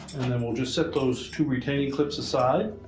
and then we'll just set those two retaining clips aside.